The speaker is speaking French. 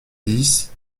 dix